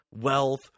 wealth